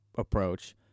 approach